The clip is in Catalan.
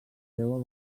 seua